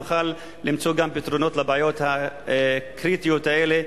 נוכל למצוא גם פתרונות לבעיות הקריטיות האלה,